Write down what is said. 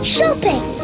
Shopping